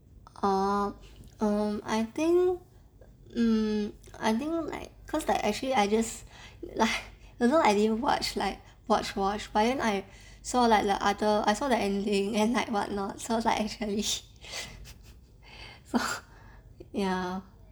oh um I think mm I think like cause like actually I just lik~ although I didn't watch like watch watch but then I saw like other I saw the ending and like what not so it's like actually so ya